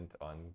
on